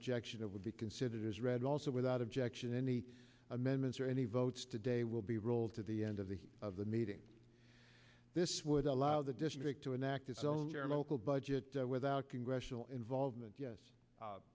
objection of will be considered as read also without objection any amendments or any votes today will be rolled to the end of the of the meeting this would allow the district to enact its own local budget without congressional involvement yes